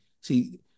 See